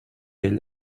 ell